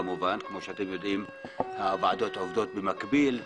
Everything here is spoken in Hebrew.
כמו שאתם יודעים הוועדות עובדות במקביל.